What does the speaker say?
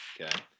Okay